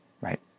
right